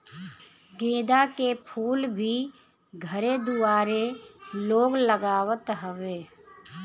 गेंदा के फूल भी घरे दुआरे लोग लगावत हवे